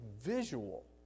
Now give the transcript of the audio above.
visual